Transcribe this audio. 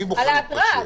מי מוכן להתפשר?